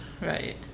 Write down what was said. right